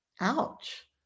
Ouch